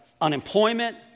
unemployment